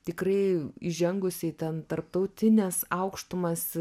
tikrai įžengusi į ten tarptautines aukštumas